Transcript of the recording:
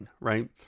right